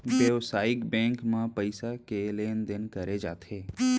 बेवसायिक बेंक म पइसा के लेन देन करे जाथे